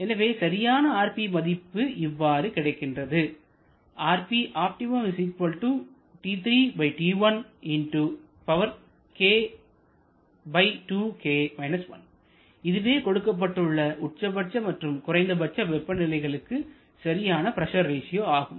எனவே சரியான rp மதிப்பு இவ்வாறு கிடைக்கிறது இதுவே கொடுக்கப்பட்டுள்ள உச்சபட்ச மற்றும் குறைந்தபட்ச வெப்ப நிலைகளுக்கு சரியான பிரஷர் ரேஷியோ ஆகும்